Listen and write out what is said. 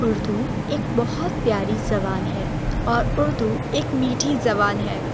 اردو ایک بہت پیاری زبان ہے اور اردو ایک میٹھی زبان ہے